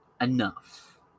Enough